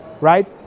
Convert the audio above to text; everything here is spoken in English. right